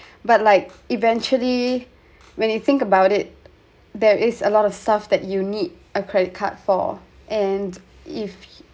but like eventually when you think about it there is a lot of stuff that you need a credit card for and if